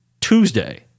Tuesday